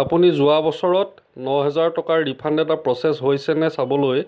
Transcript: আপুনি যোৱা বছৰত ন হাজাৰ টকাৰ ৰিফাণ্ড এটা প্ৰ'চেছ হৈছে নাই চাবলৈ